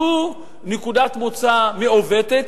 זו נקודת מוצא מעוותת,